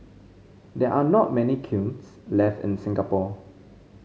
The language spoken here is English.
there are not many kilns left in Singapore